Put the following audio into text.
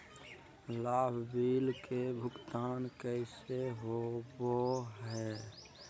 लाभ बिल के भुगतान कैसे होबो हैं?